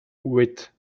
wit